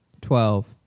Twelve